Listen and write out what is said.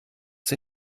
sie